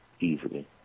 easily